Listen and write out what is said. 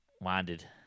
Winded